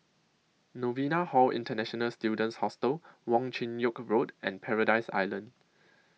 Novena Hall International Students Hostel Wong Chin Yoke Road and Paradise Island